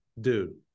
Dude